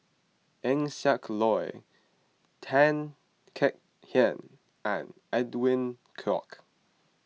Eng Siak Loy Tan Kek Hiang and Edwin Koek